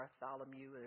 bartholomew